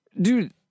dude